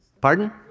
pardon